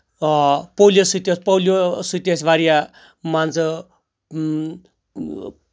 آ پولیو سۭتۍ ٲسۍ پولیو سۭتۍ تہِ ٲسۍ واریاہ مان ژٕ